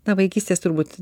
na vaikystės turbūt